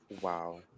Wow